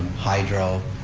hydro,